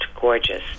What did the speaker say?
gorgeous